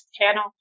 channel